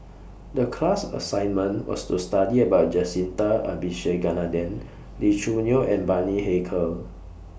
The class assignment was to study about Jacintha Abisheganaden Lee Choo Neo and Bani Haykal